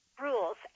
rules